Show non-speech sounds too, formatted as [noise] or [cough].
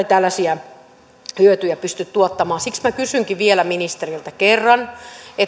[unintelligible] tällaisia hyötyjä pysty tuottamaan siksi minä kysynkin ministeriltä vielä kerran